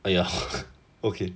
!aiya! okay